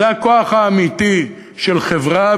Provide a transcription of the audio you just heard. זה הכוח האמיתי של חברה.